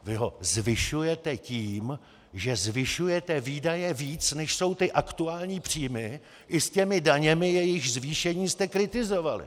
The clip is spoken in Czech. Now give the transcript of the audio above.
Vy ho zvyšujete tím, že zvyšujete výdaje víc, než jsou ty aktuální příjmy i s těmi daněmi, jejichž zvýšení jste kritizovali.